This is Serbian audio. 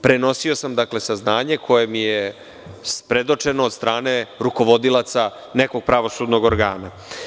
Prenosio sam saznanje koje mi je predočeno od strane rukovodilaca nekog pravosudnog organa.